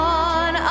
on